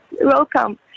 welcome